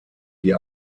die